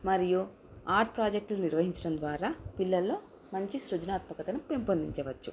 మరియు ఆర్ట్ ప్రాజెక్టులు నిర్వహించడం ద్వారా పిల్లల్లో మంచి సృజనాత్మకతను పెంపొందించవచ్చు